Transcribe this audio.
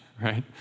right